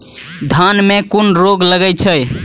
धान में कुन रोग लागे छै?